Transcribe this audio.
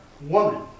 Woman